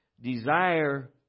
Desire